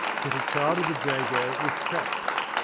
set a child of the j ago with traps.